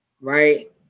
Right